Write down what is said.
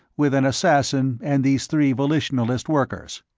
with an assassin and these three volitionalist workers.